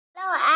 Hello